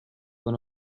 one